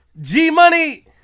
G-Money